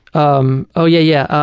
um oh yeah yeah,